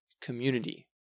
community